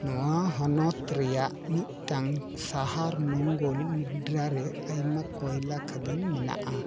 ᱱᱚᱣᱟ ᱦᱚᱱᱚᱛ ᱨᱮᱭᱟᱜ ᱢᱤᱫᱴᱟᱝ ᱥᱟᱦᱟᱨ ᱱᱳᱝᱜᱚᱞ ᱢᱤᱰᱨᱟ ᱨᱮ ᱟᱭᱢᱟ ᱠᱚᱭᱞᱟ ᱠᱷᱟᱹᱫᱟᱹᱱ ᱢᱮᱱᱟᱜᱼᱟ